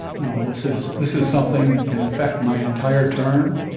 you know, this is this is something that can affect my entire term.